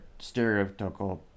stereotypical